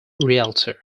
realtor